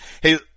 hey